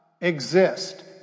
exist